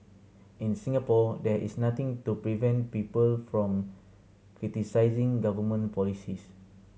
in Singapore there is nothing to prevent people from criticising government policies